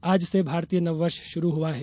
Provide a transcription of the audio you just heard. आज से भारतीय नववर्ष शुरू हुआ है